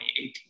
2018